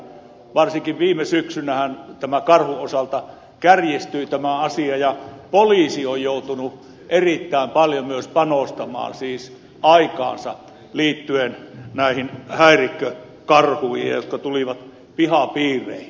varsinkin viime syksynä karhun osalta asia kärjistyi ja poliisi on joutunut erittäin paljon myös panostamaan aikaansa häirikkökarhuihin jotka tulivat pihapiireihin